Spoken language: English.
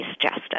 justice